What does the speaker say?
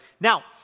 Now